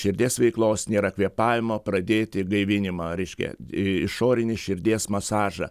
širdies veiklos nėra kvėpavimo pradėti gaivinimą reiškia išorinį širdies masažą